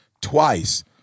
twice